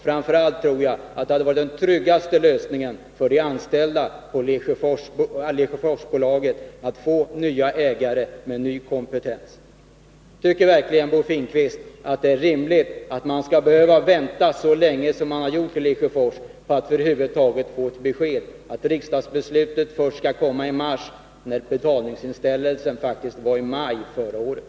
Framför allt tror jag att det hade varit den tryggaste lösningen för de anställda och för Lesjöforsbolaget, om man hade fått nya ägare med ny kompetens. Tycker verkligen Bo Finnkvist att det är rimligt att man skall behöva vänta så länge som man gjort i Lesjöfors för att över huvud taget få ett besked? Är det rimligt att riksdagsbeslutet skall komma först i mars i år, när betalningsinställelsen var ett faktum i maj förra året?